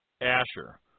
Asher